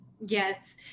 Yes